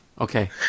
Okay